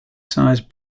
size